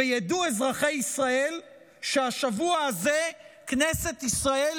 ידעו אזרחי ישראל שהשבוע הזה כנסת ישראל